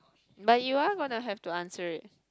but you are gonna have to answer it